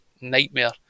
nightmare